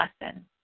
lesson